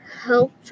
help